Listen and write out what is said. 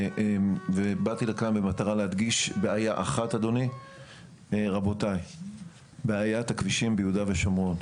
באתי לכאן במטרה להדגיש בעיה אחת: בעיית הכבישים ביהודה ושומרון.